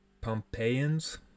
pompeians